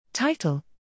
Title